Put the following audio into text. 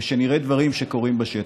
ושנראה דברים שקורים בשטח.